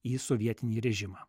į sovietinį režimą